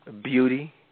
beauty